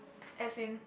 as in